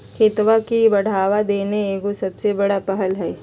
खेती के बढ़ावा देना एगो सबसे बड़ा पहल हइ